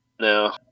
no